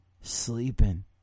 sleeping